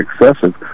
excessive